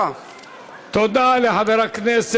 כשרוצים להעביר ביקורת,